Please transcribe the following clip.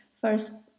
first